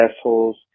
assholes